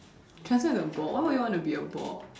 transform into a ball why would you want to be a ball